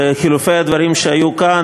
וחילופי הדברים שהיו כאן,